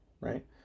Right